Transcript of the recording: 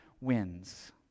wins